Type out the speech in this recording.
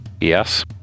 Yes